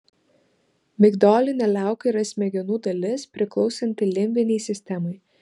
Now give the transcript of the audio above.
migdolinė liauka yra smegenų dalis priklausanti limbinei sistemai